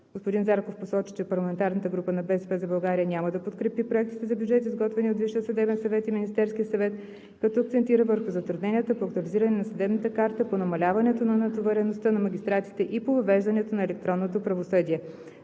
Господин Зарков посочи, че парламентарната група на „БСП за България“ няма да подкрепи проектите за бюджет, изготвени от Висшия съдебен съвет и от Министерския съвет, като акцентира върху затрудненията по актуализиране на съдебната карта, по намаляването на натовареността на магистратите и по въвеждането на електронното правосъдие.